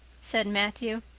said matthew.